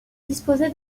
disposer